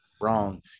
Wrong